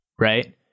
right